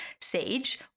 Sage